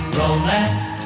romance